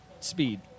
speed